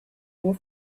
more